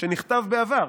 שנכתב בעבר.